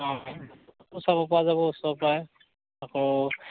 অঁ চাব পৰা যাব ওচৰ পৰাই আকৌ